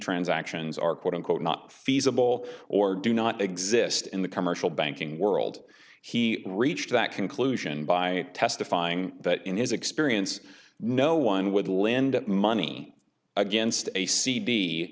transactions are quote unquote not feasible or do not exist in the commercial banking world he reached that conclusion by testifying that in his experience no one would lend that money against a c